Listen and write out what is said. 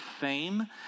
Fame